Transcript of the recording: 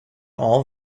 all